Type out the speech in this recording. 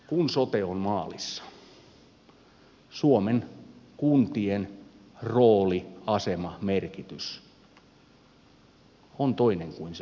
kun sote on maalissa suomen kuntien rooli asema merkitys on toinen kuin se on tänään